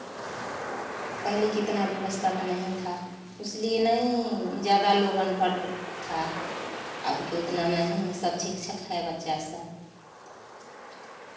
पहले कितना व्यवस्था नहीं था इसलिए नहीं ज़्यादा लोग पढ़ा था अब कि उतना नहीं है सब शिक्षक है बच्चा सा